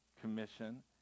Commission